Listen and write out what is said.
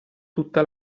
tutta